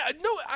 No